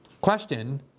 question